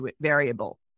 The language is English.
variable